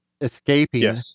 escaping